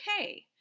okay